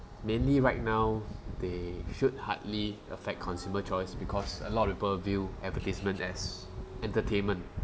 mainly right now they should hardly affect consumer choice because a lot of people view advertisement as entertainment